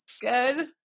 good